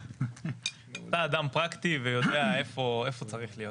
אתה אדם פרקטי ויודע איפה צריך להיות.